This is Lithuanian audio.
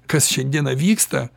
kas šiandieną vyksta